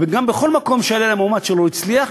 ובכל מקום שהיה להם מועמד שלא הצליח,